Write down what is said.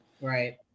Right